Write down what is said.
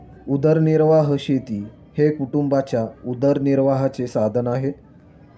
उदरनिर्वाह शेती हे कुटुंबाच्या उदरनिर्वाहाचे साधन आहे